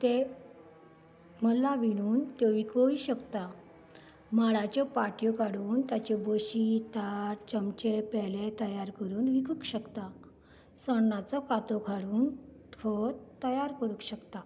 ते मल्ला विणून त्यो विकूय शकता माडाच्यो पाट्यो काडून ताच्यो बशी ताट चमचे पेले तयार करून विकूंक शकता सण्णाचो कातो काडून तो तयार करूंक शकता